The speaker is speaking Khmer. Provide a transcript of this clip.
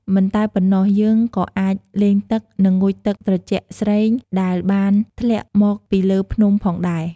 មិនតែប៉ុណ្ណោះយើងក៏អាចលេងទឹក និងងូតទឹកស្រជាក់ស្រេង ដែលបានធ្លាក់មកពីលើភ្នំផងដែរ។